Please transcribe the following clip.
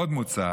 עוד מוצע